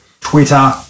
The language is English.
Twitter